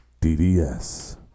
DDS